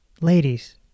ladies